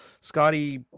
scotty